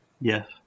Yes